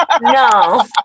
No